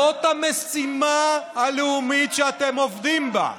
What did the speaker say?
זאת המשימה הלאומית שאתם עובדים בה,